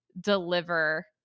deliver